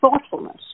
thoughtfulness